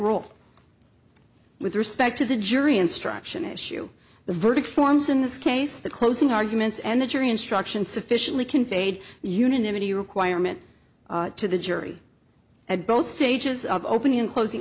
rule with respect to the jury instruction issue the verdict forms in this case the closing arguments and the jury instruction sufficiently conveyed unanimity requirement to the jury at both stages of opening and closing